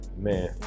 Man